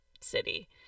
city